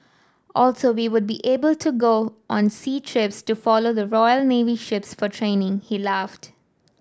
also we would be able to go on sea trips to follow the Royal Navy ships for training he laughed